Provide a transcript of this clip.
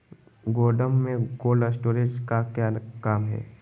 गोडम में cold storage का क्या काम है?